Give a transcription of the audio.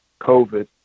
COVID